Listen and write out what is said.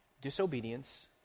disobedience